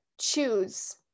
choose